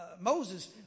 Moses